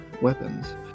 weapons